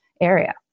area